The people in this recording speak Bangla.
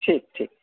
ঠিক ঠিক